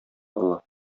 олы